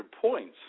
points